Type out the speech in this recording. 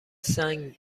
سنگ